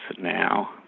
now